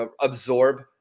absorb